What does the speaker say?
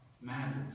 matters